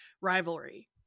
rivalry